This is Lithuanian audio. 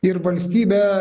ir valstybė